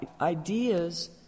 ideas